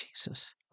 Jesus